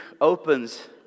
opens